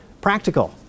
practical